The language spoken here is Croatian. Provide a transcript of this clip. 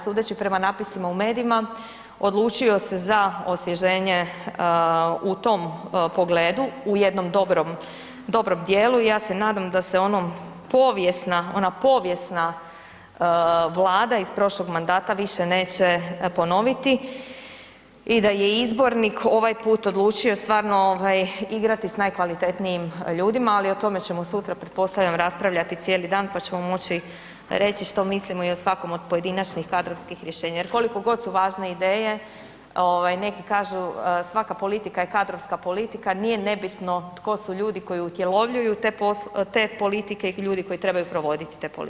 Sudeći prema natpisima u medijima odlučio se za osvježenje u tom pogledu, u jednom dobrom, dobrom dijelu i ja se nadam da se onom povijesna, ona povijesna vlada iz prošlog mandata više neće ponoviti i da je izbornik ovaj put odlučio stvarno ovaj igrati s najkvalitetnijim ljudima, ali o tome ćemo sutra pretpostavljam raspravljati cijeli dan, pa ćemo moći reći što mislimo i o svakom od pojedinačnih kadrovskih rješenja jer koliko god su važne ideje ovaj neki kažu svaka politika je kadrovska politika nije nebitno tko su ljudi koji utjelovljuju te politike i ljudi koji trebaju provoditi te politike.